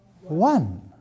one